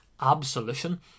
absolution